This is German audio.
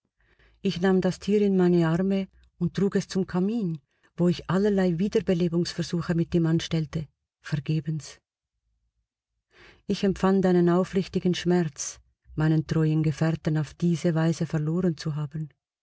ich nahm das tier in meine arme und trug es zum kamin wo ich allerlei wiederbelebungsversuche mit ihm anstellte vergebens ich empfand einen aufrichtigen schmerz meinen treuen gefährten auf diese weise verloren zu haben